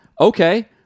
okay